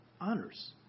honors